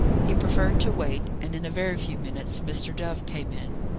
he preferred to wait and in a very few minutes mr. dove came in.